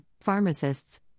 pharmacists